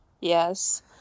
Yes